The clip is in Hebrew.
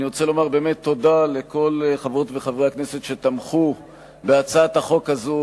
אני רוצה לומר תודה לכל חברות וחברי הכנסת שתמכו בהצעת החוק הזאת,